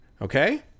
Okay